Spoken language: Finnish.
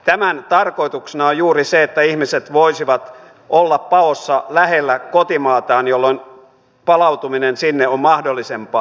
tämän tarkoituksena on juuri se että ihmiset voisivat olla paossa lähellä kotimaataan jolloin palautuminen sinne on mahdollisempaa